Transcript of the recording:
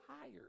tired